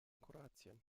kroatien